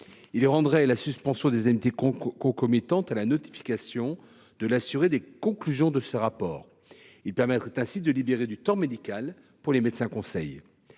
Il rendrait la suspension des indemnités concomitante à la notification à l’assuré des conclusions de ce rapport. Il permettrait ainsi de libérer du temps médical pour les médecins conseils.